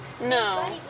No